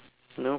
nope